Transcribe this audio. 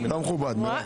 לא מכובד, מירב.